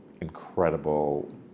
incredible